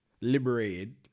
liberated